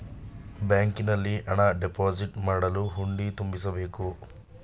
ಬ್ಯಾಂಕಿನಲ್ಲಿ ಹಣ ಡೆಪೋಸಿಟ್ ಮಾಡಲು ಹುಂಡಿ ತುಂಬಿಸಬೇಕು